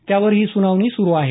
त्यावर ही सुनावणी सुरू आहे